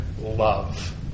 love